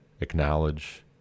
acknowledge